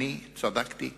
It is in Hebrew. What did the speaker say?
אני צדקתי לגמרי.